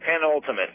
penultimate